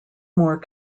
more